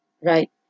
right